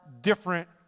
different